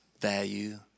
value